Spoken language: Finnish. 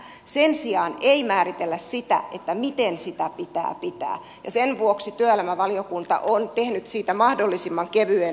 sen sijaan ei määritellä sitä miten sitä pitää pitää ja sen vuoksi työelämävaliokunta on tehnyt siitä mahdollisimman kevyen muodon